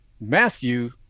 Matthew